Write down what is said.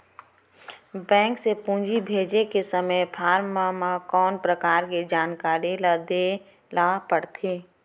Bank से पूंजी भेजे के समय फॉर्म म कौन परकार के जानकारी ल दे ला पड़थे?